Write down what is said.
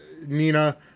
Nina